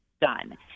done